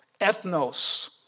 ethnos